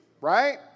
right